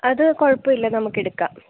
അത് കുഴപ്പമില്ല നമ്മൾക്ക് എടുക്കാം